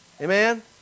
Amen